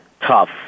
tough